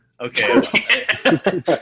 Okay